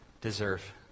deserve